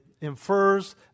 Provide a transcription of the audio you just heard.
infers